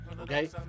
okay